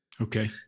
Okay